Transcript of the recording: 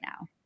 now